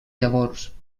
llavors